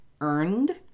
earned